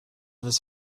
his